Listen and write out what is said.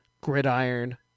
Gridiron